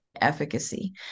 efficacy